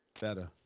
better